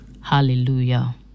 Hallelujah